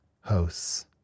hosts